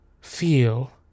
feel